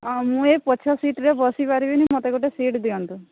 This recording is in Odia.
ହଁ ମୁଁ ଏ ପଛ ସିଟ୍ରେ ବସି ପାରିବିନି ମୋତେ ଗୋଟେ ସିଟ୍ ଦିଅନ୍ତୁ